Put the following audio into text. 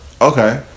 Okay